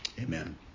amen